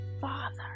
father